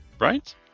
Right